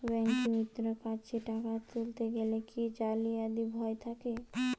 ব্যাঙ্কিমিত্র কাছে টাকা তুলতে গেলে কি জালিয়াতির ভয় থাকে?